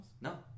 No